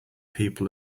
people